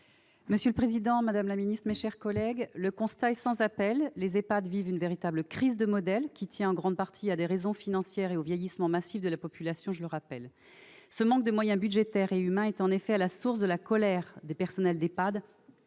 Monsieur le président, madame la ministre, mes chers collègues, le constat est sans appel : les EHPAD vivent une véritable crise de modèle, qui tient en grande partie à des raisons financières et au vieillissement massif de la population, je le rappelle. Ce manque de moyens budgétaires et humains est, en effet, à la source de la colère des personnels des EHPAD,